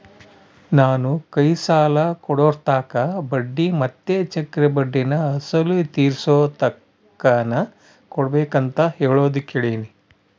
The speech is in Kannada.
ನಾನು ಕೈ ಸಾಲ ಕೊಡೋರ್ತಾಕ ಬಡ್ಡಿ ಮತ್ತೆ ಚಕ್ರಬಡ್ಡಿನ ಅಸಲು ತೀರಿಸೋತಕನ ಕೊಡಬಕಂತ ಹೇಳೋದು ಕೇಳಿನಿ